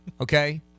Okay